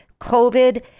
covid